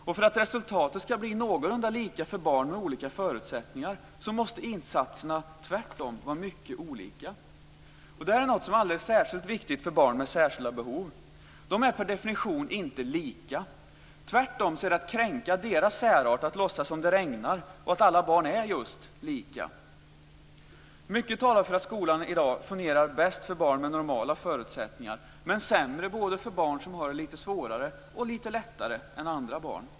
Och för att resultatet ska bli någorlunda lika för barn med olika förutsättningar måste insatserna tvärtom vara mycket olika. Och detta är något som är alldeles särskilt viktigt för barn med särskilda behov. De är per definition inte lika. Tvärtom är det att kränka deras särart att låtsas som om det regnar och att alla barn är just lika. Mycket talar för att skolan i dag fungerar bäst för barn med normala förutsättningar men sämre både för barn som har det lite svårare och för barn som har det lite lättare än andra barn.